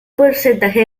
porcentaje